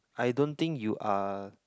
I don't think you are